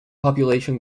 population